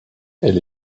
elle